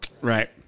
Right